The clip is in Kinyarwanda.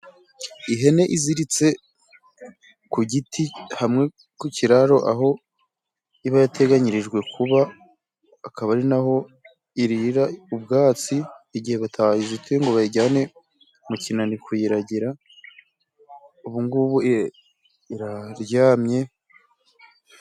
Ihene iziritse ku giti hamwe ku kiraro aho iba yateganyirijwe kuba, akaba ari n'aho irira ubwatsi igihe batayizituye ngo bayijyane mu kinani kuyiragira, ubu ngubu iraryamye.